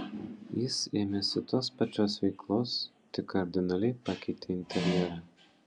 jis ėmėsi tos pačios veiklos tik kardinaliai pakeitė interjerą